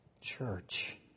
church